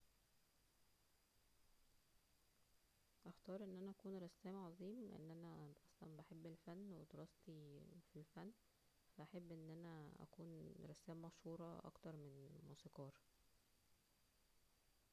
اختار ان انا اكون رسام عظيم لان انا اصلا بحب الفن ودراستى فى الفنو فا احب ان انا اكون رسامة مشهورة اكتر من موسيقار